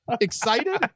excited